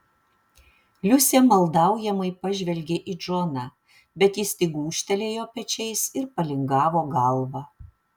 liusė maldaujamai pažvelgė į džoną bet jis tik gūžtelėjo pečiais ir palingavo galvą